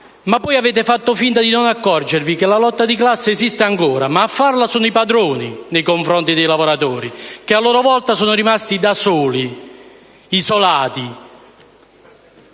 Ma poi avete fatto finta di non accorgervi che la lotta di classe esiste ancora, ma a farla sono i padroni nei confronti dei lavoratori, che, a loro volta, sono rimasti soli, isolati.